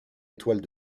étoile